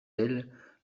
elle